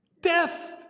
Death